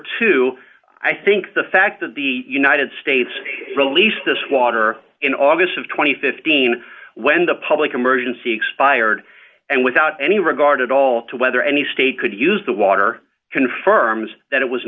two i think the fact that the united states release this water in august of two thousand and fifteen when the public emergency expired and without any regard at all to whether any state could use the water confirms that it was